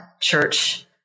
church